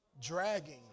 dragging